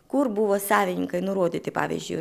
kur buvo savininkai nurodyti pavyzdžiui